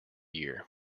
year